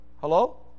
Hello